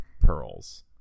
pearls